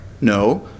No